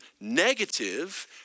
negative